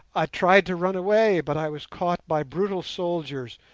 i tried to run away, but i was caught by brutal soldiers,